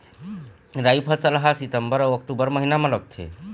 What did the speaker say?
राई फसल हा सितंबर अऊ अक्टूबर महीना मा लगथे